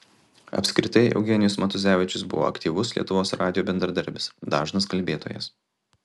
apskritai eugenijus matuzevičius buvo aktyvus lietuvos radijo bendradarbis dažnas kalbėtojas